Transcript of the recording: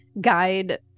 guide